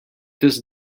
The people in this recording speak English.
this